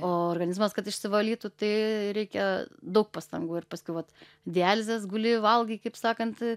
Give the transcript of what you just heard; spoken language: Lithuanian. o organizmas kad išsivalytų tai reikia daug pastangų ir paskui vat dializės guli valgai kaip sakant